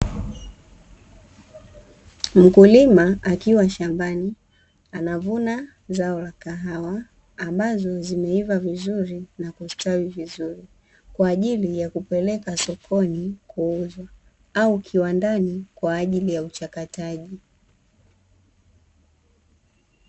Mkulima akiwa shambani anavuna zao la kahawa ambazo zimeiva vizuri na kustawi vizuri, kwa ajili ya kupelekwa sokoni kuuza au viwandani kwa ajili ya uchakataji.